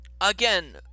Again